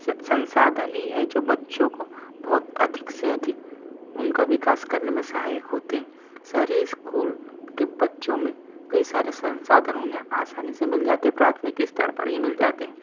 सिर्फ संसाधन ही है जो बच्चों को बहुत अधिक से अधिक उनका विकास करने मे सहायक होते है शहरी स्कूल के बच्चों में के सारे हैं